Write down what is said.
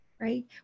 right